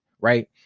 right